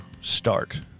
start